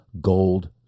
gold